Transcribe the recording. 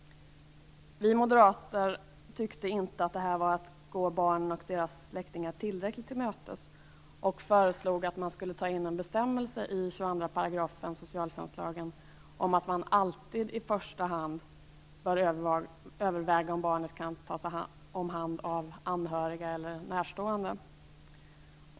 Vi moderater tyckte inte att detta var att gå barnen och deras släktingar tillräckligt till mötes och föreslog att man skulle ta in en bestämmelse i 22 § socialtjänstlagen om att man alltid i första hand bör överväga om barnet kan tas om hand av anhöriga eller närstående.